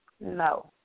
No